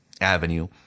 Avenue